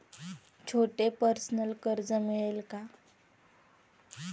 छोटे पर्सनल कर्ज मिळेल का?